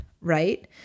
right